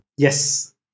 Yes